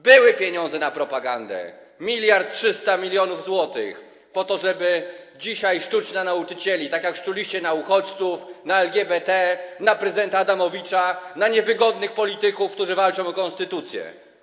Były pieniądze na propagandę - 1300 mln zł, po to, żeby dzisiaj szczuć na nauczycieli, tak jak szczuliście na uchodźców, na LGBT, na prezydenta Adamowicza, na niewygodnych polityków, którzy walczą o konstytucję.